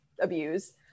abuse